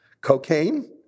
cocaine